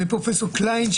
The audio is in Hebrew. וגם פרופ' קליין.